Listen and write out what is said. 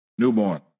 newborn